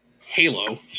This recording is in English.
Halo